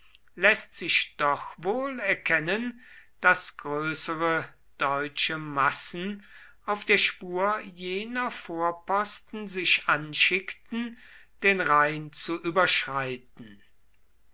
läßt sich doch wohl erkennen daß größere deutsche massen auf der spur jener vorposten sich anschickten den rhein zu überschreiten